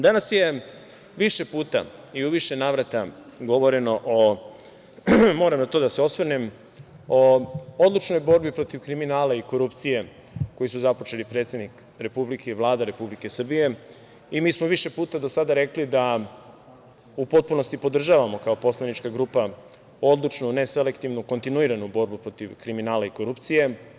Danas je više puta i u više navrata govoreno o, moram na to da se osvrnem, odlučnoj borbi protiv kriminala i korupcije koji su započeli predsednik Republike i Vlada Republike Srbije i mi smo više puta do sada rekli da u potpunosti podržavamo kao poslanička grupa odlučnu, neselektivnu, kontinuiranu borbu protiv kriminala i korupcije.